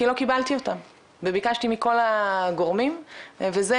כי לא קיבלתי אותם וביקשתי מכל הגורמים וזה